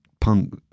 punk